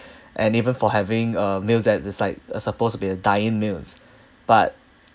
and even for having a meal that is like uh supposed to be a diet meals but